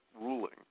ruling